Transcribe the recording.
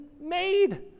made